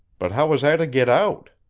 but how was i to get out?